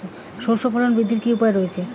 সর্ষের ফলন বৃদ্ধির কি উপায় রয়েছে?